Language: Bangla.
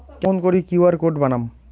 কেমন করি কিউ.আর কোড বানাম?